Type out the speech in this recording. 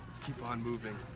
keep on moving.